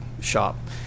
shop